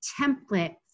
template